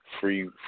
free